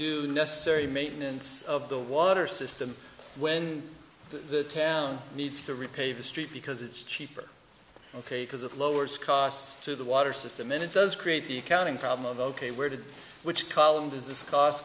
the necessary maintenance of the water system when the town needs to repave the street because it's cheaper ok because it lowers costs to the water system it does create the accounting problem ok where did which column does this cost